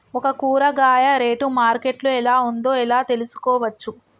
ఒక కూరగాయ rate market లో ఎలా ఉందో ఎలా తెలుసుకోవచ్చు?